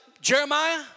Jeremiah